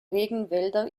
regenwälder